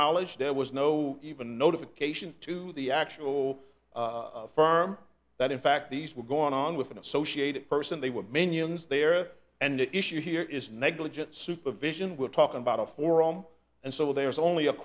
knowledge there was no even notification to the actual firm that in fact these were going on with an associated person they were men humans there and the issue here is negligent supervision we're talking about a forearm and so there is only a